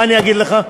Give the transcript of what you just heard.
מה אני אגיד לך?